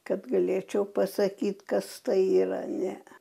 kad galėčiau pasakyt kas tai yra ne